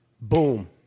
Boom